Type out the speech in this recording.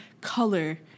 color